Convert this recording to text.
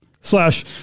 Slash